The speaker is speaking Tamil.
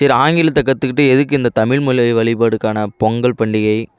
சரி ஆங்கிலத்தை கற்றுக்கிட்டு எதுக்கு இந்த தமிழ்மொழி வழிபாடுக்கான பொங்கல் பண்டிகை